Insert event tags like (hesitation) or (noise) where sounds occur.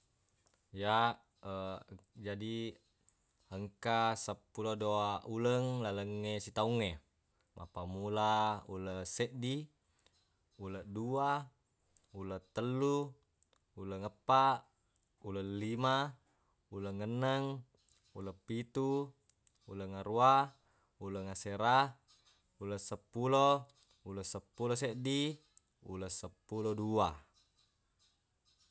Ya (hesitation) jadi engka seppulo dua uleng lalengnge sitaungnge mappammula ulesseddi, uleddua, ulettellu, uleng eppa, ulellima, uleng enneng, uleppitu, uleng aruwa, uleng asera, ulesseppulo, ulesseppulo seddi, ulesseppulo dua.